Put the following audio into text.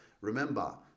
Remember